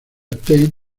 tate